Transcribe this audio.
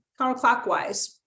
counterclockwise